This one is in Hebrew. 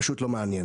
זה פשוט לא מעניין.